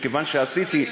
מכיוון שעשיתי,